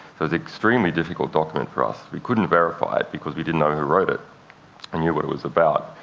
it was an extremely difficult document for us. we couldn't verify it because we didn't know who wrote it and knew what it was about.